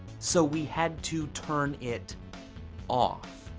so we had to turn it off.